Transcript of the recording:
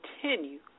continue